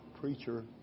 preacher